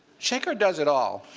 shekar does it all.